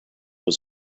was